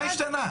מה השתנה?